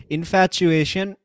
Infatuation